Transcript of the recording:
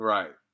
Right